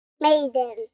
Maiden